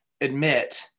admit